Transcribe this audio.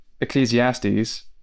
Ecclesiastes